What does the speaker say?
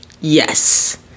Yes